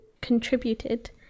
contributed